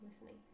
listening